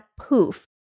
poof